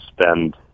spend